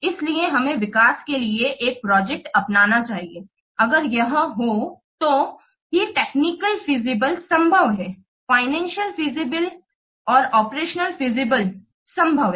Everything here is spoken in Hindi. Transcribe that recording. इसलिए हमें विकास के लिए एक प्रोजेक्ट अपनाना चाहिए अगर यह हो तो ही टेक्निकल फीजिबल संभव हैं फाइनेंसियल फीजिबिल और ऑपरेशनल फीजिबिल संभव हैं